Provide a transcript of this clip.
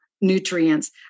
nutrients